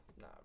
Nah